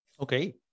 Okay